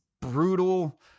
brutal